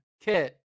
kit